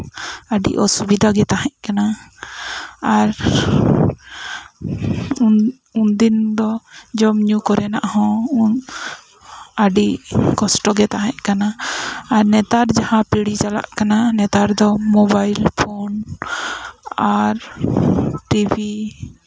ᱟᱹᱰᱤ ᱚᱥᱩᱵᱤᱫᱟ ᱜᱮ ᱛᱟᱦᱮᱸ ᱠᱟᱱᱟ ᱟᱨ ᱩᱱ ᱩᱱᱫᱤᱱ ᱫᱚ ᱡᱚᱢᱼᱧᱩ ᱠᱚᱨᱮᱱᱟᱜ ᱦᱚᱸ ᱟᱹᱰᱤ ᱠᱚᱥᱴᱚ ᱜᱮ ᱛᱟᱦᱮᱸ ᱠᱟᱱᱟ ᱟᱨ ᱱᱮᱛᱟᱨ ᱡᱟᱦᱟᱸ ᱯᱤᱲᱦᱤ ᱪᱟᱞᱟᱜ ᱠᱟᱱᱟ ᱱᱮᱛᱟᱨ ᱫᱚ ᱢᱳᱵᱟᱭᱤᱞ ᱯᱷᱳᱱ ᱟᱨ ᱴᱤᱵᱷᱤ